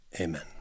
Amen